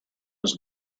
was